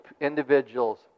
individuals